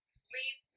sleep